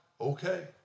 Okay